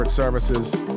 services